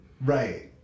Right